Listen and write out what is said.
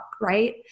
Right